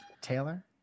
Taylor